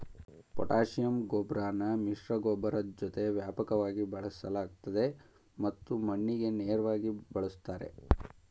potassium ಗೊಬ್ರನ ಮಿಶ್ರಗೊಬ್ಬರದ್ ಜೊತೆ ವ್ಯಾಪಕವಾಗಿ ಬಳಸಲಾಗ್ತದೆ ಮತ್ತು ಮಣ್ಣಿಗೆ ನೇರ್ವಾಗಿ ಬಳುಸ್ತಾರೆ